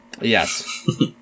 Yes